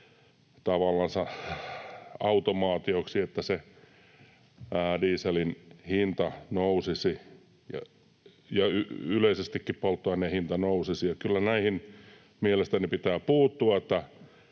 automaatioksi, että se dieselin hinta nousisi ja yleisestikin polttoaineen hinta nousisi. Ja kyllä näihin mielestäni pitää puuttua